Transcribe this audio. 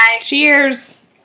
cheers